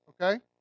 okay